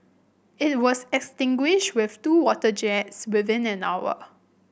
it was extinguished with two water jets within an hour